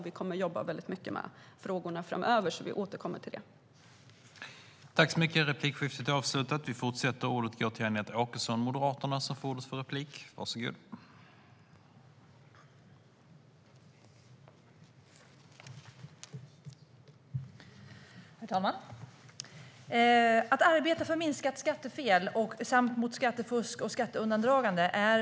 Vi kommer att jobba mycket med de här frågorna framöver, så vi återkommer till det här.